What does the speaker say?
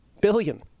billion